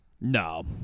No